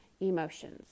emotions